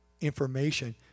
information